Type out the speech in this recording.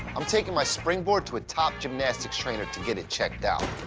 i'm taking my springboard to a top gymnastics trainer to get it checked out.